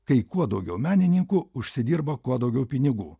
kai kuo daugiau menininkų užsidirba kuo daugiau pinigų